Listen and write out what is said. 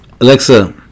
Alexa